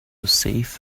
safe